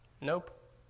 nope